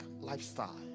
lifestyle